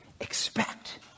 expect